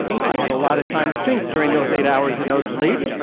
i had a lot of time to think during those eight hours and no sleep.